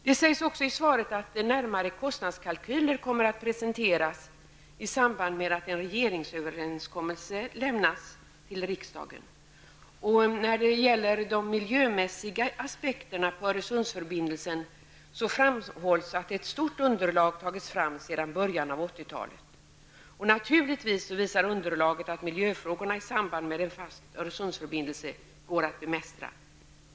Det sägs också i svaret att närmare kalkyler kommer att presenteras i samband med att en regeringsöverenskommelse lämnas till riksdagen. När det gäller de miljömässiga aspekterna på Öresundsförbindelsen framhålls att ett stort underlag tagits fram sedan början av 80-talet. Naturligtvis visar underlaget att miljöfrågorna i samband med en fast Öresundsförbindelse går att bemästra.